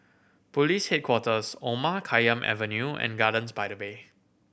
Police Headquarters Omar Khayyam Avenue and Gardens by the Bay